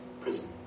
prison